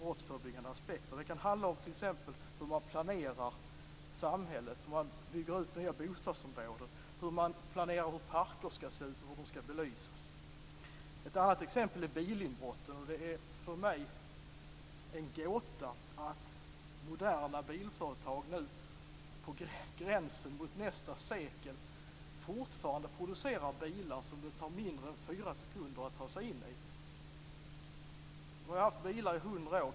Det kan t.ex. handla om hur man planerar samhället, hur man bygger ut nya bostadsområden, hur man planerar hur parker skall se ut och hur de skall belysas. Ett annat exempel är bilinbrotten. Det är för mig en gåta att moderna bilföretag nu på gränsen till nästa sekel fortfarande producerar bilar som det tar mindre än fyra sekunder att ta sig in i. Vi har haft bilar i 100 år.